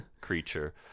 creature